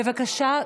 בבקשה,